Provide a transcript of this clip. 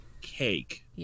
cake